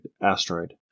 asteroid